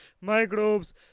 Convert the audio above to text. microbes